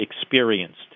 experienced